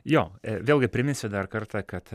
jo vėlgi priminsiu dar kartą kad